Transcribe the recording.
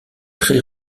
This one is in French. très